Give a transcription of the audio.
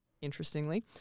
interestingly